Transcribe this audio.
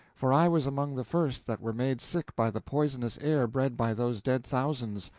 for i was among the first that were made sick by the poisonous air bred by those dead thousands.